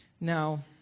Now